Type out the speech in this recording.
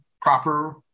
proper